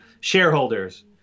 shareholders